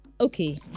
okay